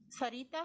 Sarita